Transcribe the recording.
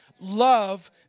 love